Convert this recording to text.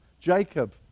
Jacob